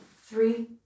three